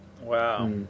Wow